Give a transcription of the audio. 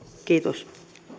kiitos